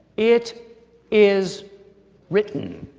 it is written.